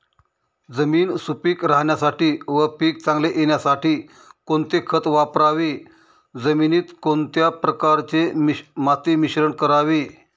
जमीन सुपिक राहण्यासाठी व पीक चांगले येण्यासाठी कोणते खत वापरावे? जमिनीत कोणत्या प्रकारचे माती मिश्रण करावे?